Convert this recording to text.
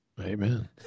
Amen